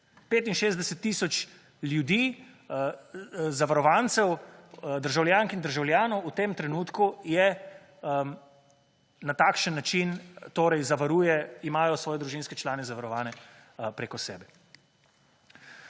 65 tisoč ljudi, zavarovancev, državljank in državljanov v tem trenutku je, na takšen način torej zavaruje, imajo svoje družinske člane zavarovane preko sebe.